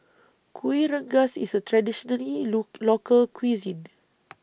Kueh Rengas IS A traditionally Local Cuisine